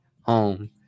home